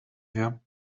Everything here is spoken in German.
her